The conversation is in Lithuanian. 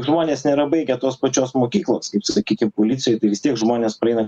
žmonės nėra baigę tos pačios mokyklos kaip sakykim policijoj tai vis tiek žmonės praeina